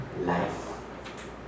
life